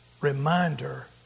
reminder